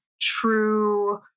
true